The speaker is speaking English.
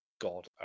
god